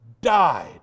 died